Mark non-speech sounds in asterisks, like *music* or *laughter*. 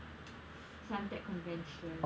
*noise* suntec convention